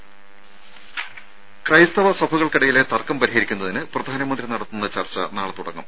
രുര ക്രൈസ്തവ സഭകൾക്കിടയിലെ തർക്കം പരിഹരിക്കുന്നതിന് പ്രധാനമന്ത്രി നടത്തുന്ന ചർച്ച നാളെ തുടങ്ങും